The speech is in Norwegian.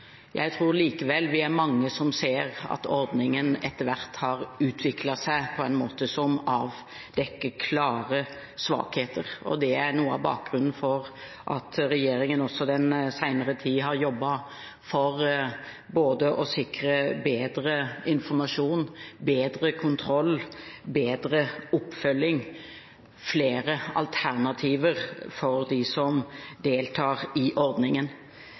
Jeg tror likevel vi er mange som ser at ordningen etter hvert har utviklet seg på en måte som avdekker klare svakheter. Det er noe av bakgrunnen for at regjeringen også i den senere tid har jobbet for både å sikre bedre informasjon, bedre kontroll, bedre oppfølging og flere alternativer for dem som deltar i ordningen.